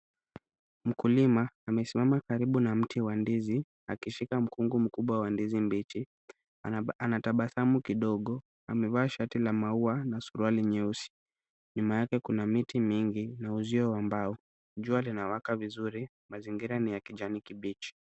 Mkulima amesimama karibu na mti wa ndizi akishika mkungu mkubwa wa ndizi mbichi, anatabasamu kidogo. Amevaa shati la maua na suruali nyeusi. Nyuma yake kuna miti mingi na uzio wa mbao jua linawaka vizuri. Mazingira ni ya kijani kibichi.